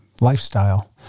lifestyle